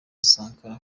sankara